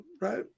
right